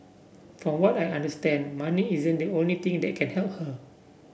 from what I understand money isn't the only thing that can help her